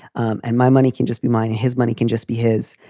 um and my money can just be mine and his money can just be his.